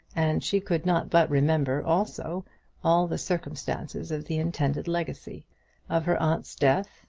and she could not but remember also all the circumstances of the intended legacy of her aunt's death,